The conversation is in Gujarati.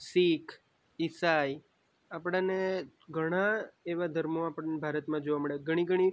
શીખ ઈસાઈ આપણને ઘણા એવા ધર્મો આપણને ભારતમાં જોવા મળે ઘણી ઘણી